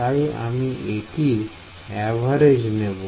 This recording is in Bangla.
তাই আমি এটির অ্যাভারেজ নেব